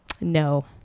No